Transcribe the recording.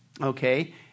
okay